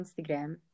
Instagram